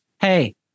hey